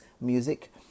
Music